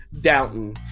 Downton